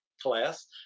class